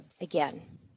again